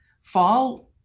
fall